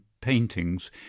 paintings